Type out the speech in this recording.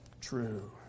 true